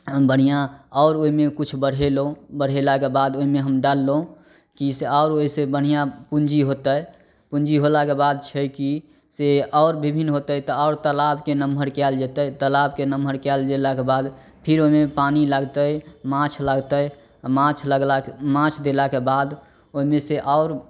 बढ़िआँ आओर ओहिमे किछु बढ़ेलहुँ बढ़ेलाके बाद ओहिमे हम डाललहुँ कि से आओर ओहिसे बढ़िआँ पूँजी होतै पूँजी होलाके बाद छै कि से आओर विभिन्न होतै तऽ आओर तलाबके नमहर कएल जेतै तलाबके नमहर कएल गेलाके बाद फेर ओहिमे पानी लागतै माछ लागतै माछ लगलाके माछ देलाके बाद ओहिमेसे आओर